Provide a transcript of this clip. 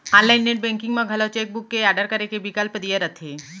online net banking म घलौ cheque book के आडर करे के बिकल्प दिये रथे